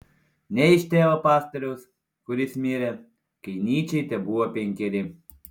ne iš tėvo pastoriaus kuris mirė kai nyčei tebuvo penkeri